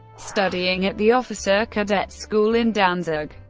studying at the officer cadet school in danzig.